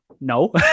no